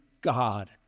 God